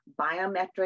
biometric